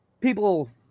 people